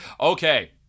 Okay